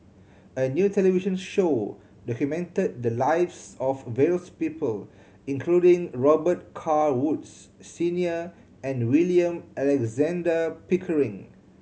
a new television show documented the lives of various people including Robet Carr Woods Senior and William Alexander Pickering